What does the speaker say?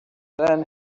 then